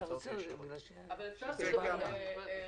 אבל אני מסתייג בהרבה נושאים ואני אסביר.